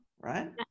right